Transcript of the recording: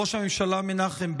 ראש הממשלה מנחם בגין,